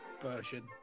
version